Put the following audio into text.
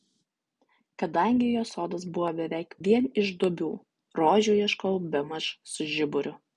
kadangi jos sodas buvo beveik vien iš duobių rožių ieškojau bemaž su žiburiu